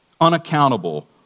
unaccountable